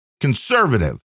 conservative